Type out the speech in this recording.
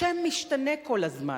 השם משתנה כל הזמן,